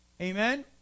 Amen